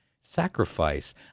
sacrifice